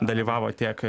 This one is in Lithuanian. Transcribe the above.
dalyvavo tiek